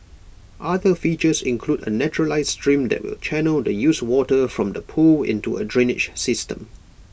other features include A naturalised stream that will channel the used water from the pool into A drainage system